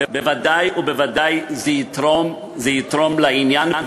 בוודאי ובוודאי זה יתרום לעניין,